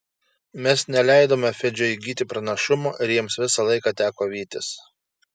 mes neleidome fidžiui įgyti pranašumo ir jiems visą laiką teko vytis